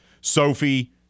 Sophie